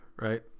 right